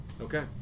Okay